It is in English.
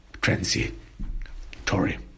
transitory